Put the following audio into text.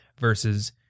versus